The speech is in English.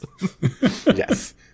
yes